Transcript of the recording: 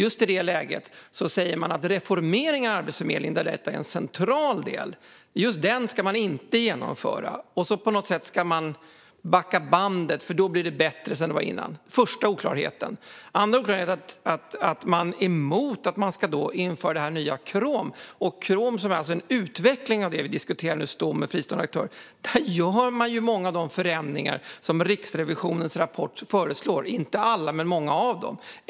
I det läget säger man att just den reformering av Arbetsförmedlingen där detta är en central del inte ska genomföras. Man vill på något sätt backa bandet, för det blir bättre om det blir som det var tidigare. Det var den första oklarheten. Den andra oklarheten var att man är emot att nya Krom ska införas. Krom är alltså en utveckling av det vi som nu diskuterar, Stom med fristående aktörer. Där görs många av de förändringar som Riksrevisionen föreslår i sin rapport, inte alla men många av dem.